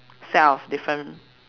set of different